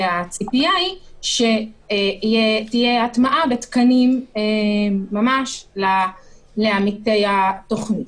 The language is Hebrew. והציפייה היא שתהיה הטמעה בתקנים ממש לעמיתי התוכנית.